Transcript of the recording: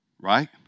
Right